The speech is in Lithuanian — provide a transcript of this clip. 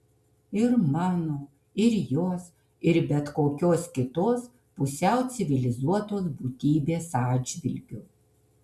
ir mano ir jos ir bet kokios kitos pusiau civilizuotos būtybės atžvilgiu